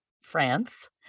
France